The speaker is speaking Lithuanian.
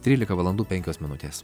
trylika valandų penkios minutės